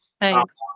Thanks